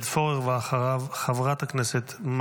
חבר הכנסת עודד פורר,